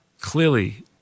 Clearly